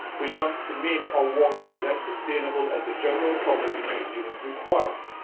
we've got to make our waterways as sustainable as the general public in new zealand require.